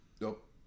nope